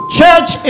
church